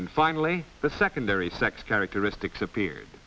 and finally the secondary sex characteristics appeared